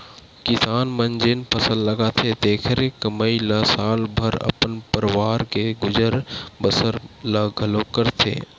किसान मन जेन फसल लगाथे तेखरे कमई म साल भर अपन परवार के गुजर बसर ल घलोक करथे